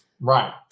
Right